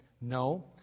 no